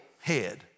head